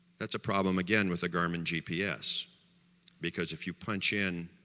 that's a problem again with the garmin gps because if you punch in,